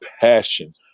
passion